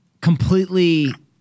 completely